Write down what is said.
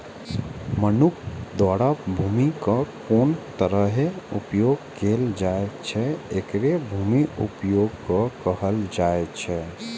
मनुक्ख द्वारा भूमिक कोन तरहें उपयोग कैल जाइ छै, एकरे भूमि उपयोगक कहल जाइ छै